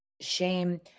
shame